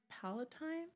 Palatine